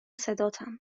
صداتم